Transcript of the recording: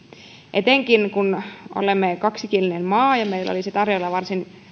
etenkin kun olemme kaksikielinen maa ja meillä olisi tarjolla varsin